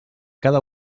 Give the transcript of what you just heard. cada